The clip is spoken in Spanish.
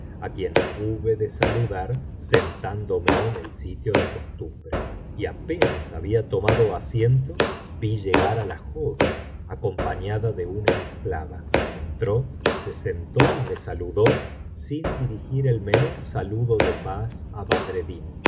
á quien hube de saludar sentándome en el sitio de costumbre y apenas había tomado asiento vi llegar á la joven acompañada de una esclava entró se sentó y me saludó sin dirigir el menor saludo de paz